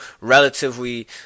relatively